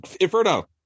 inferno